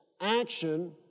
action